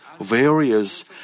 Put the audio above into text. various